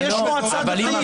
יש מועצה דתית.